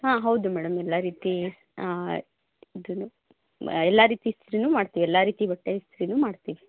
ಹಾಂ ಹೌದು ಮೇಡಂ ಎಲ್ಲ ರೀತಿ ಇದು ಎಲ್ಲ ರೀತಿ ಇಸ್ತ್ರಿನೂ ಮಾಡ್ತೀವಿ ಎಲ್ಲ ರೀತಿ ಬಟ್ಟೆ ಇಸ್ತ್ರಿನೂ ಮಾಡ್ತೀವಿ